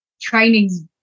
Training's